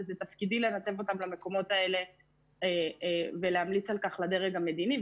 וזה תפקידי לנתב אותם למקומות האלה ולהמליץ על כך לדרג המדיני,